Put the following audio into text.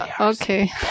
Okay